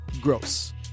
Gross